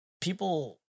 people